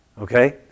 Okay